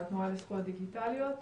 מהתנועה לזכויות דיגיטליות.